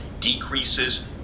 decreases